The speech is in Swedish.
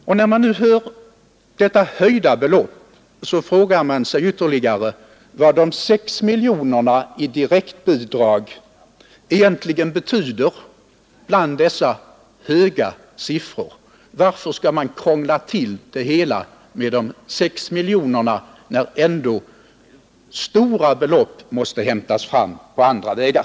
Mot bakgrunden av ökningen av detta redan höga belopp frågar man sig vidare vilken betydelse de 6 miljonerna i direktbidrag egentligen har. Varför skall man krångla till det hela med dessa 6 miljoner kronor när ändå stora belopp måste hämtas på andra vägar?